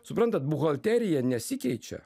suprantat buhalterija nesikeičia